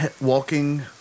walking